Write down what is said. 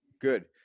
Good